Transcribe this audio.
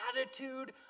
attitude